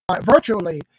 virtually